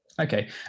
Okay